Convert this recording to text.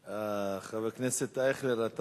חבר כנסת אייכלר, אתה